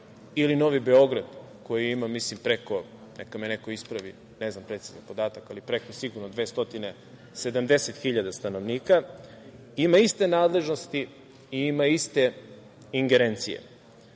ili Novi Beograd koji ima preko, ja mislim, neka me neko ispravi, ne znam precizan podatak, ali preko sigurno 270.000 stanovnika, ima iste nadležnosti i ima iste ingerencije. Crna